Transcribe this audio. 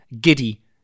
giddy